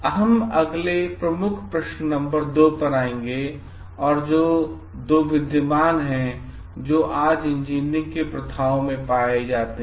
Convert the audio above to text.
हम अगले प्रमुख प्रश्न नंबर 2 पर आएंगे जो दो विद्यमान हैं जो आज इंजीनियरिंग प्रथाओं में पाए जाते हैं